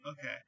Okay